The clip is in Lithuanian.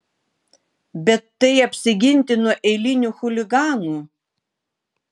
bet tai apsiginti nuo eilinių chuliganų